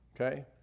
Okay